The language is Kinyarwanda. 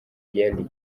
yari